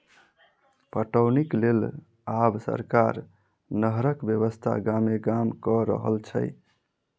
पटौनीक लेल आब सरकार नहरक व्यवस्था गामे गाम क रहल छै